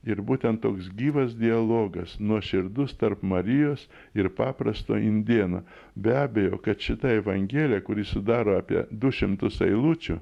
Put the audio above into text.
ir būtent toks gyvas dialogas nuoširdus tarp marijos ir paprasto indėno be abejo kad šita evangelija kurį sudaro apie du šimtus eilučių